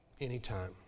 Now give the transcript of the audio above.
anytime